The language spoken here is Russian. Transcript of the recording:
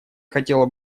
хотела